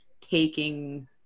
taking –